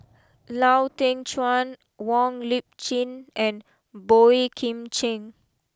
Lau Teng Chuan Wong Lip Chin and Boey Kim Cheng